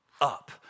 up